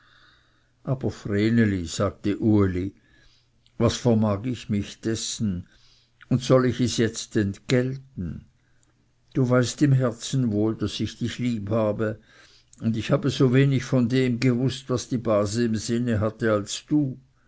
aber vreneli sagte uli was vermag ich mich dessen und soll ich es jetzt entgelten du weißt im herzen wohl daß ich dich lieb habe und ich habe so wenig von dem gewußt was die base im sinne hatte als du